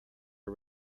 are